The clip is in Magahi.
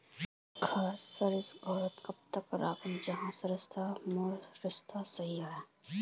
सरिस घोरोत कब तक राखुम जाहा लात्तिर मोर सरोसा ठिक रुई?